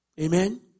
Amen